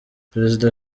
perezida